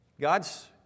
God's